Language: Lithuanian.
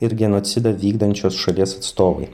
ir genocidą vykdančios šalies atstovai